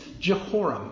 Jehoram